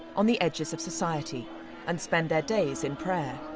on the edges of society and spend their days in prayer.